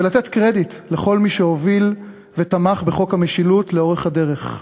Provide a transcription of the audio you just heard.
ולתת קרדיט לכל מי שהוביל ותמך בחוק המשילות לאורך הדרך.